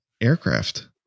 aircraft